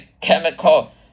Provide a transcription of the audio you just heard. chemical